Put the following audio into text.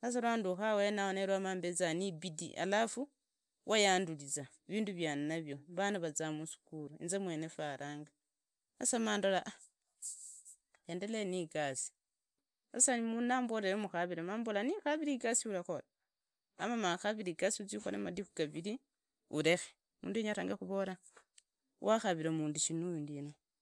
sasa loundukha awenao maambeza nibidii alafu wayanduliza na vindu viandalinavyo. Vuna vazaa musukhulu, inzo mwene fwalunga, sasa mandola ndendeloe nigasi, sasa mundu nambola mukhavire mambola nikhukharire igasi ulakhola ama makhukavire igasi uzii ukhole madiliku gakiri geekhe mundu arrange khurora wakhavira mundu shina uyu ndina.